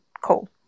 cool